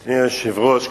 היושב-ראש,